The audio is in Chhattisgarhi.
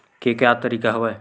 के का तरीका हवय?